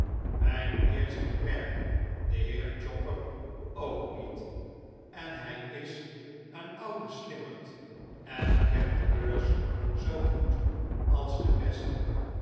mijn eersten klerk den heer chopper ook niet en hij is een ouwe slimmerd en kent de beurs zoo goed als de beste